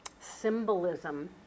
Symbolism